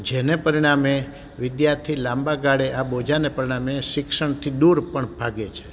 જેને પરિણામે વિદ્યાર્થી લાંબા ગાળે આ બોજાને પરિણામે શિક્ષણથી દૂર પણ ભાગે છે